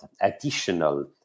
additional